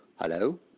Hello